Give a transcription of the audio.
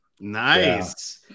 Nice